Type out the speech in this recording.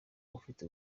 ufite